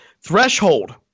Threshold